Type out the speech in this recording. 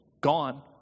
gone